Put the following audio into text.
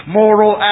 moral